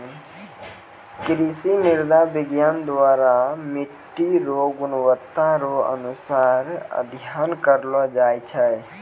कृषि मृदा विज्ञान द्वरा मट्टी रो गुणवत्ता रो अनुसार अध्ययन करलो जाय छै